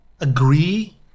agree